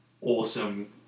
awesome